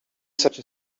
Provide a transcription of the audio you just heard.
such